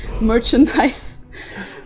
merchandise